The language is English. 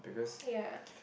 ya